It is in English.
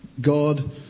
God